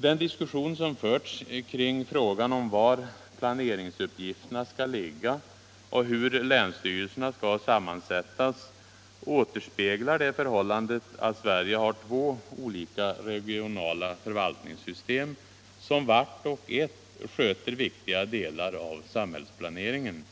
Den diskussion som förts kring frågan om var planeringsuppgifterna skall ligga och hur länsstyrelserna skall sammansättas återspeglar det förhållandet att Sverige har två olika regionala förvaltningssystem, som vart och ett sköter viktiga delar av samhällsplaneringen.